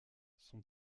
son